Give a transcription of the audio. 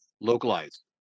Localized